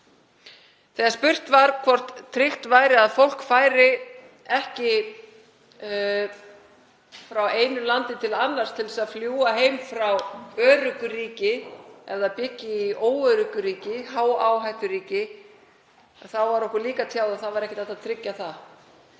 Þegar spurt var hvort tryggt væri að fólk færi ekki frá einu landi til annars til að fljúga heim frá öruggu ríki ef það byggi í óöruggu ríki, hááhætturíki, var okkur líka tjáð að ekki væri hægt að tryggja það,